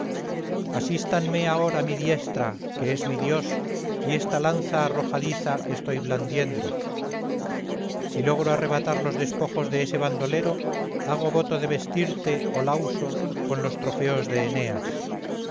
lanza asístanme ahora mi diestra que es mi dios y esta lanza arrojadiza que estoy blandiendo si logro arrebatar los despojos de ese bandolero hago voto de vestirse oh lauso con los trofeos de eneas